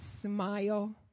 smile